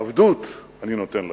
עבדות אני נותן לכם.